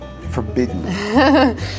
Forbidden